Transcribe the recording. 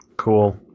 Cool